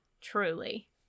Truly